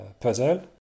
puzzle